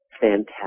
fantastic